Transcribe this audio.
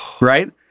right